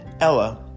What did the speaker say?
Ella